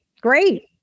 Great